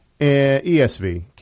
ESV